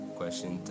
question